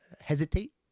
hesitate